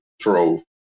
trove